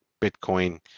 Bitcoin